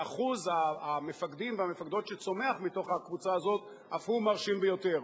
ואחוז המפקדים והמפקדות שצומח מתוך הקבוצה הזאת אף הוא מרשים ביותר.